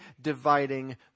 dividing